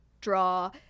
draw